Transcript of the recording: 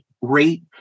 rate